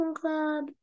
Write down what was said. club